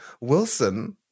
Wilson